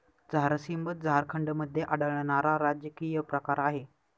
झारसीम झारखंडमध्ये आढळणारा राजकीय प्रकार आहे